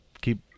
Keep